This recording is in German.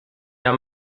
der